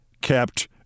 kept